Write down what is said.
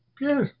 yes